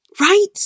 Right